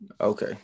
Okay